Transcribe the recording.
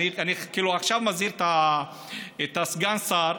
אני כאילו עכשיו מזהיר את הסגן שר,